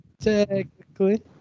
Technically